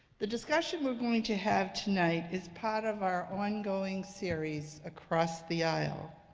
the discussion we're going to have tonight is part of our ongoing series across the aisle.